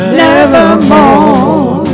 nevermore